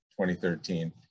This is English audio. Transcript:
2013